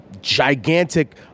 gigantic